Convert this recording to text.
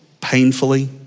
painfully